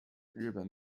日本